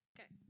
Okay